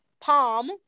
palm